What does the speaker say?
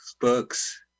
books